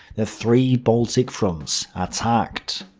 the three baltic fronts attacked.